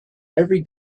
every